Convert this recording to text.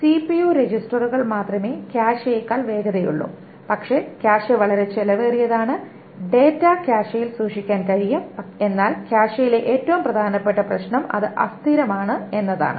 CPU രജിസ്റ്ററുകൾ മാത്രമേ കാഷെയേക്കാൾ വേഗതയുള്ളൂ പക്ഷേ കാഷെ വളരെ ചെലവേറിയതാണ് ഡാറ്റ കാഷെയിൽ സൂക്ഷിക്കാൻ കഴിയും എന്നാൽ കാഷെയിലെ ഏറ്റവും പ്രധാനപ്പെട്ട പ്രശ്നം അത് അസ്ഥിരമാണ് എന്നതാണ്